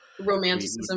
Romanticism